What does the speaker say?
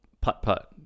Putt-Putt